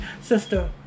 Sister